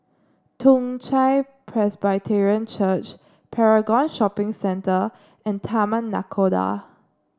Toong Chai Presbyterian Church Paragon Shopping Centre and Taman Nakhoda